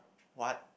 what